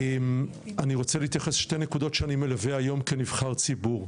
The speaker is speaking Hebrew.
אני רוצה להתייחס שתי נקודות שאני מלווה היום כנבחר ציבור.